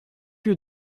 lieu